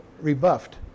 rebuffed